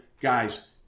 guys